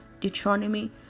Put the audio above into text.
Deuteronomy